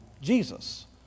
Jesus